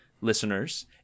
listeners